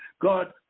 God